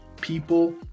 people